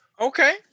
Okay